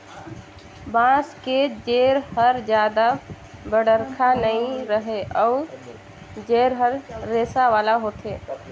बांस के जेर हर जादा बड़रखा नइ रहें अउ जेर हर रेसा वाला होथे